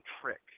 trick